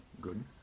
good